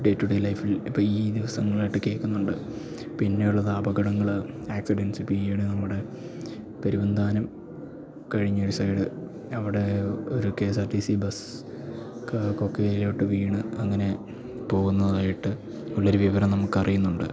day-to-day ലൈഫിൽ ഇപ്പം ഈ ദിവസങ്ങൾ ആയിട്ട് കേൾക്കുന്നുണ്ട് പിന്നെയുള്ളത് അപകടങ്ങൾ ആക്സിഡൻസ് ഇപ്പം ഈയിടെ നമ്മുടെ പെരുവന്താനം കഴിഞ്ഞൊരു സൈഡ് അവിടെ ഒരു K S R T C bus കൊക്കയിലോട്ട് വീണ് അങ്ങനെ പോകുന്നതായിട്ട് ഉള്ളൊരു വിവരം നമുക്ക് അറിയുന്നുണ്ട്